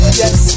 yes